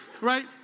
right